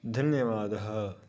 धन्यवादः